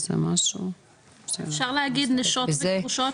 אפשר להגיד נשות וגרושות?